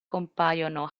compaiono